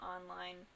online